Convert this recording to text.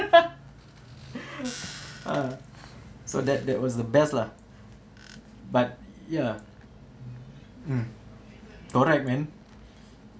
ah so that that was the best lah but ya mm correct man